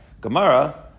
Gemara